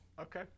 Okay